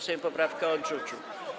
Sejm poprawkę odrzucił.